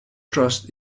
trust